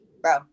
bro